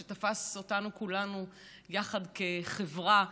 שתפס אותנו כולנו יחד כחברה,